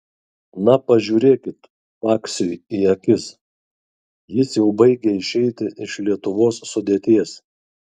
na pažiūrėkit paksiui į akis jis jau baigia išeiti iš lietuvos sudėties